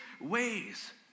ways